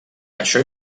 això